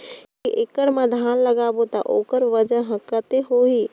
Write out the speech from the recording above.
एक एकड़ मा धान ला लगाबो ता ओकर वजन हर कते होही?